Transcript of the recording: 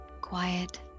quiet